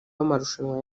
w’amarushanwa